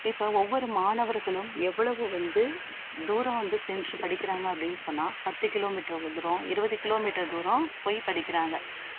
இப்போ ஒவ்வொரு மாணவர்களும் எவ்வளவு வந்து தூரம் வந்து சென்று படிக்கிறாங்க அப்படின் சொன்னால் பத்து கிலோமீட்ரு தூரம் இருபது கிலோமீட்டர் தூரம் போய் படிக்கிறாங்க